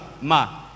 ma